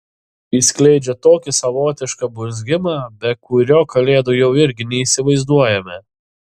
jis skleidžia tokį savotišką burzgimą be kurio kalėdų jau irgi neįsivaizduojame